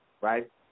right